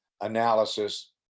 analysis